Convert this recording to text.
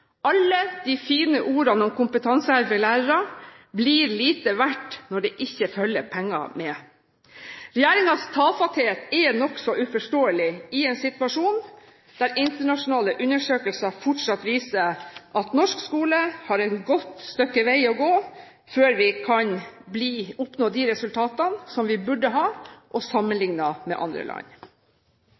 Alle de fine ordene om kompetanseheving for lærerne blir lite verdt når det ikke følger penger med. Regjeringens tafatthet er nokså uforståelig i en situasjon der internasjonale undersøkelser fortsatt viser at norsk skole har et godt stykke vei å gå før vi kan oppnå de resultatene som vi burde ha, sammenlignet med andre land.